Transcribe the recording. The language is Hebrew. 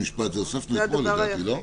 את זה הוספנו אתמול לדעתי, לא?